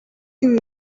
ibi